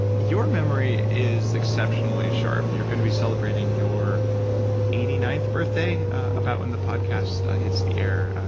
your memory is exceptionally sharp. you're going to be celebrating your eighty ninth birthday about when the podcast hits the air.